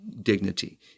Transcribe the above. dignity